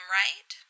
right